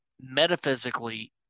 metaphysically